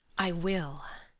i will!